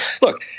look